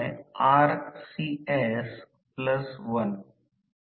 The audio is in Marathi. F2 sf आहे